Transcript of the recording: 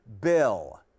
Bill